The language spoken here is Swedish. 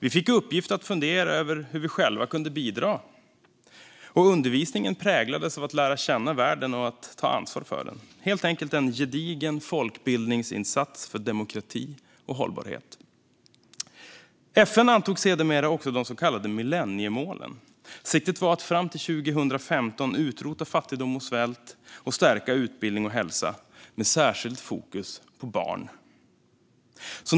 Vi fick i uppgift att fundera över hur vi själva kunde bidra, och undervisningen präglades av att lära känna världen och ta ansvar för den. Det var helt enkelt en gedigen folkbildningsinsats för demokrati och hållbarhet. FN antog sedermera också de så kallade millenniemålen. Siktet var att fram till 2015 utrota fattigdom och svält och stärka utbildning och hälsa med särskilt fokus på barn.